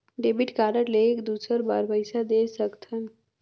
Debit card ले एक दुसर बार पइसा दे सकथन?